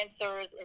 answers